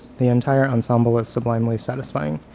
the entire ensemble is sublimely satisfying.